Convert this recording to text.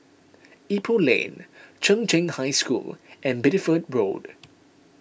Ipoh Lane Chung Cheng High School and Bideford Road